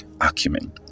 acumen